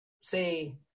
say